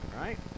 Right